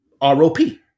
ROP